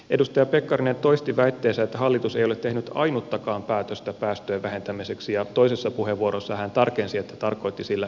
edustaja pekkarinen toisti väitteensä että hallitus ei ole tehnyt ainuttakaan päätöstä päästöjen vähentämiseksi ja toisessa puheenvuorossa hän tarkensi että tarkoitti sillä nimenomaan energiantuotantoa